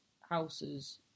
Houses